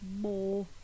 More